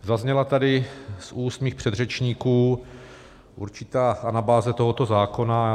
Zazněla tady z úst mých předřečníků určitá anabáze tohoto zákona.